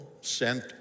sent